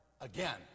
again